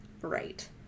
right